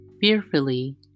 fearfully